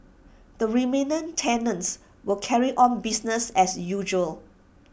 the remaining tenants will carry on business as usual